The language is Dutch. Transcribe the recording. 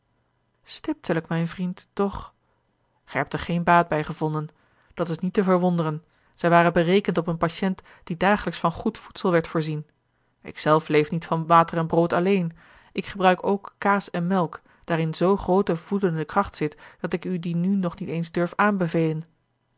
stiptelijk mijn vriend doch gij hebt er geen baat bij gevonden dat is niet te verwonderen zij waren berekend op een patiënt die dagelijks van goed voedsel werd voorzien ik zelf leef niet van water en brood alleen ik gebruik ook kaas en melk daarin zoo groote voedende kracht zit dat ik u die nu nog niet eens durf aanbevelen